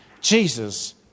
Jesus